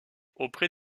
auprès